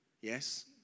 yes